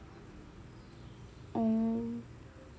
oh